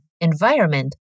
environment